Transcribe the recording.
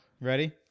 ready